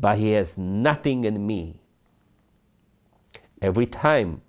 but he has nothing in me every time